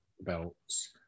belts